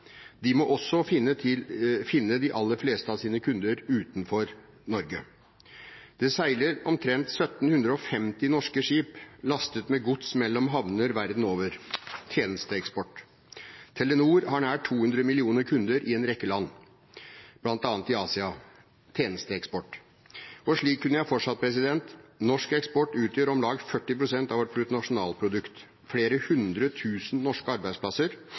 De må også finne de aller fleste av sine kunder utenfor Norge. Det seiler omtrent 1 750 norske skip lastet med gods mellom havner verden over – tjenesteeksport. Telenor har nær 200 millioner kunder i en rekke land, bl.a. i Asia – tjenesteeksport. Slik kunne jeg ha fortsatt. Norsk eksport utgjør om lag 40 pst. av vårt bruttonasjonalprodukt. Flere hundre tusen norske arbeidsplasser